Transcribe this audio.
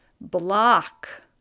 block